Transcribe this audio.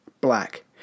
black